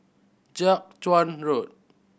Jiak Chuan Road